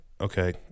okay